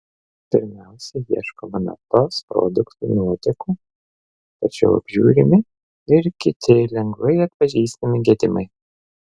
pirmiausia ieškoma naftos produktų nuotėkių tačiau apžiūrimi ir kiti lengvai atpažįstami gedimai